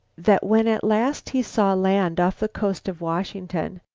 that when at last he saw land off the coast of washington,